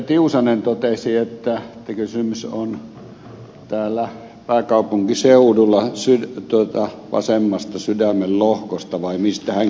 tiusanen totesi että kysymys on täällä pääkaupunkiseudulla vasemmasta sydämen lohkosta vai mistähän keuhkosta lie ollut